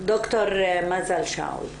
ד"ר מזל שאול בבקשה.